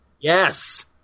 Yes